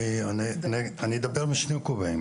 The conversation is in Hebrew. אני אדבר בשני כובעים